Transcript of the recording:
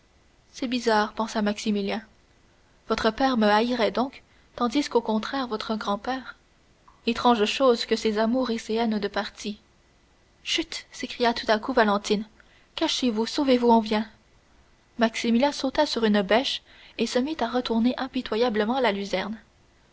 c'est bizarre pensa maximilien votre père me haïrait donc tandis qu'au contraire votre grand-père étranges choses que ces amours et ces haines de parti chut s'écria tout à coup valentine cachez-vous sauvez-vous on vient maximilien sauta sur une bêche et se mit à retourner impitoyablement la luzerne